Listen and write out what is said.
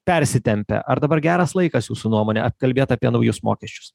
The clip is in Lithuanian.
persitempę ar dabar geras laikas jūsų nuomone apkalbėt apie naujus mokesčius